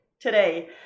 today